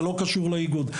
זה לא קשור לאיגוד.